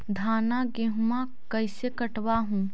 धाना, गेहुमा कैसे कटबा हू?